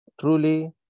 Truly